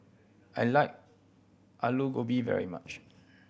I like Alu Gobi very much